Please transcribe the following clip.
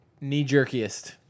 knee-jerkiest